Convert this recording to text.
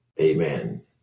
Amen